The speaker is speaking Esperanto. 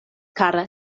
kara